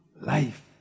life